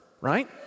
right